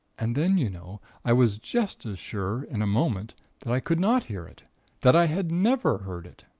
and then, you know, i was just as sure in a moment that i could not hear it that i had never heard it.